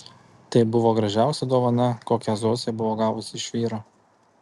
tai buvo gražiausia dovana kokią zosė buvo gavusi iš vyro